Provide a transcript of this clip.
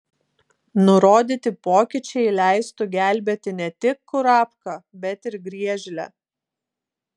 nurodyti pokyčiai leistų gelbėti ne tik kurapką bet ir griežlę